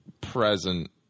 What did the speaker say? present